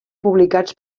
publicats